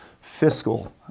fiscal